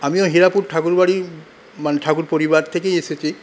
আমিও হেরাপুর ঠাকুর বাড়ি মানে ঠাকুর পরিবার থেকেই এসেছি